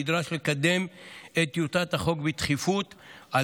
נדרש לקדם את טיוטת החוק בדחיפות על